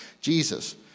Jesus